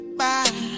bye